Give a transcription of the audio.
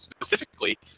specifically